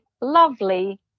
lovely